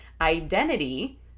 identity